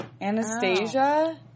Anastasia